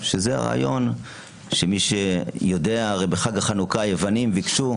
שזה הרעיון שמי שיודע שהרי בחג החנוכה היוונים ביקשו,